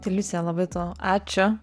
tai liucija labai tau ačiū